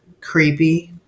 creepy